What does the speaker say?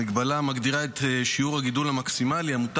מגבלה המגדירה את שיעור הגידול המקסימלי המותר